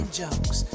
jokes